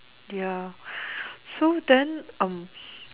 ya so then um